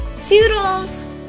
toodles